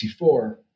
1964